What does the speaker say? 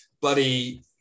bloody